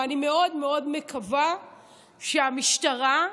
ואני מאוד מקווה שהמשטרה,